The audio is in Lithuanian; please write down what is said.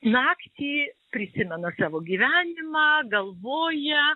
naktį prisimena savo gyvenimą galvoja